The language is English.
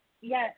yes